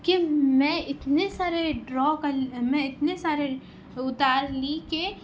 کہ میں اِتنے سارے ڈرا کر میں اِتنے سارے اتار لی کہ